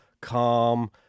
calm